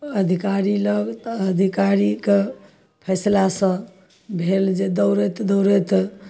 अधिकारी लग तऽ अधिकारीके फैसलासँ भेल जे दौड़ैत दौड़ैत